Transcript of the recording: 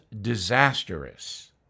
disastrous